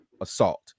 assault